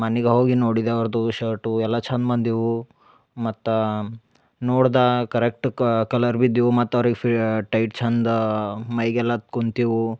ಮನಿಗ ಹೋಗಿ ನೋಡಿದ ಅವ್ರ್ದು ಶರ್ಟು ಎಲ್ಲ ಚಂದ್ ಬಂದಿವು ಮತ್ತು ನೋಡ್ದ ಕರೆಕ್ಟ್ ಕಲರ್ ಬಿ ಇದ್ದಿವು ಮತ್ತು ಅವ್ರಿಗೆ ಫೀ ಟೈಟ್ ಚಂದಾ ಮೈಗೆಲ್ಲ ಕುಂತಿವು